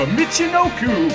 Michinoku